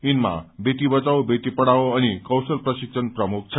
यिनमा बेटी बचाओ बेटी पढ़ाओ अनि कौशल प्रशिक्षण प्रमुख छन्